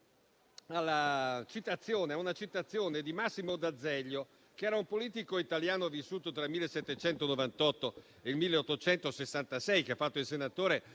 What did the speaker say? una citazione di Massimo d'Azeglio, un politico italiano vissuto tra il 1798 e il 1866, che è stato senatore